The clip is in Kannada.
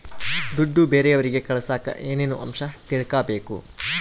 ದುಡ್ಡು ಬೇರೆಯವರಿಗೆ ಕಳಸಾಕ ಏನೇನು ಅಂಶ ತಿಳಕಬೇಕು?